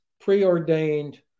preordained